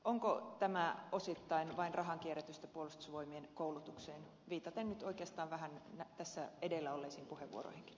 onko tämä osittain vain rahankierrätystä puolustusvoimien koulutukseen viitaten nyt oikeastaan vähän tässä edellä olleisiin puheenvuoroihinkin